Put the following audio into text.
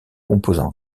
composants